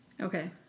Okay